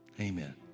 Amen